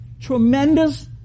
tremendous